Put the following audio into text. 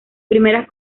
primeras